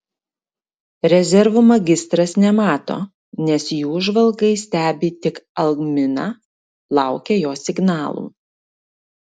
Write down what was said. rezervų magistras nemato nes jų žvalgai stebi tik algminą laukia jo signalų